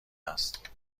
است